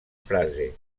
frase